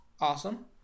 awesome